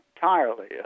entirely